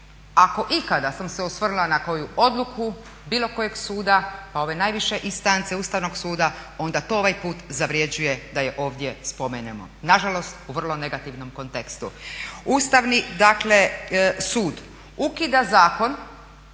ako ikada sam se osvrnula na koju odluku bilo kojeg suda pa ove najviše instance Ustavnog suda onda to ovaj put zavređuje da je ovdje spomenemo. Nažalost, u vrlo negativnom kontekstu. Ustavni sud ukida zakon